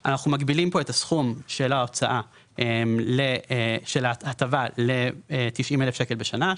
אנחנו מגבילים את הסכום של ההטבה לכ-90,000 ₪ בשנה,